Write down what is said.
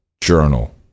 Journal